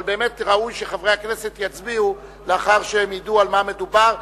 אבל באמת ראוי שחברי הכנסת יצביעו לאחר שהם ידעו על מה מדובר.